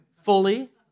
fully